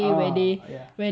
ah ya